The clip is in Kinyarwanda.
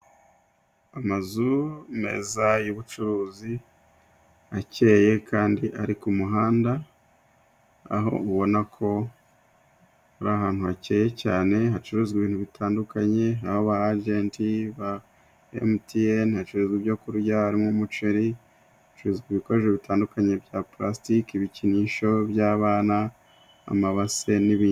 Amazu meza y'ubucuruzi acyeye kandi ari ku muhanda, aho ubona ko ari ahantu hakeye cyane hacuruzwa ibintu bitandukanye, haba abajenti ba MTN hacururizwa ibyo kurya harimo umuceri, hacuruzwa ibikoresho bitandukanye bya plastike, ibikinisho by'abana amabase n'ibindi.